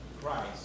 Christ